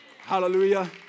Hallelujah